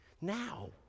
Now